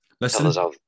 Listen